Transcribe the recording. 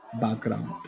background